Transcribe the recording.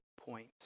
point